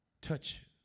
Touch